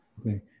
Okay